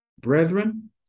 Brethren